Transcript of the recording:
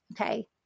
Okay